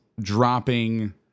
dropping